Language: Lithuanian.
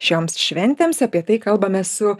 šioms šventėms apie tai kalbame su